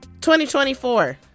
2024